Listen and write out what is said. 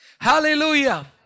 Hallelujah